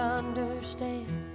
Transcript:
understand